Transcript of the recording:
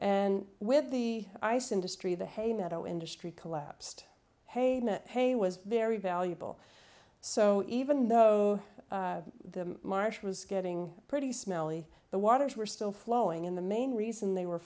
and with the ice industry the hay meadow industry collapsed hey hey was very valuable so even though the marsh was getting pretty smelly the waters were still flowing in the main reason they were